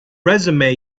resume